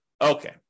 Okay